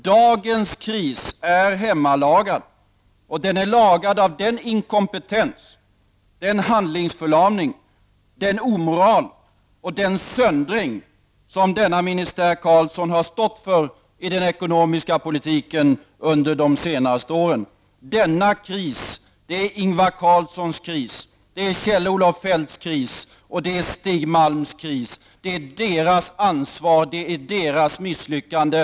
Dagens kris är hemlagad, och den är lagad av den inkompetens, den handlingsförlamning, den omoral och den söndring som denna ministär Carlsson har stått för i den ekonomiska politiken under de senaste åren. Denna kris är Ingvar Carlssons kris, det är Kjell-Olof Feldts kris och Stig Malms kris — det är deras ansvar. Det är deras misslyckande.